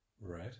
Right